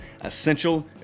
essential